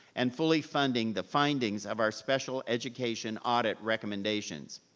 and fully funding the findings of our special education audit recommendations.